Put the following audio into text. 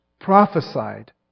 prophesied